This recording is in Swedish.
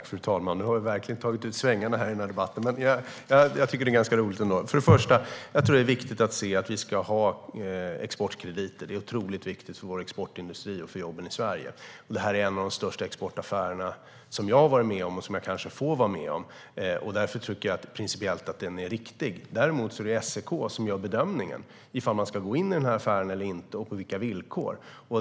Fru talman! Vi har verkligen tagit ut svängarna i debatten, men jag tycker att det är ganska roligt. För det första är det viktigt att se att vi ska ha exportkrediter. Det är otroligt viktigt för vår exportindustri och för jobben i Sverige. Det är en av de största exportaffärer som jag har varit med om och kanske får vara med om. Därför tycker jag att den är principiellt riktig. Det är SEK som gör bedömningen av om man ska gå in i affären eller inte och på vilka villkor.